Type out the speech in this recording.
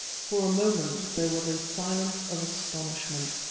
for a moment there was a silence of astonishment,